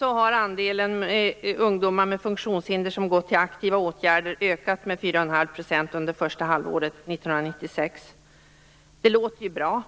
4,5 % under första halvåret 1996. Det låter bra,